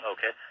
Okay